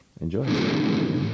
Enjoy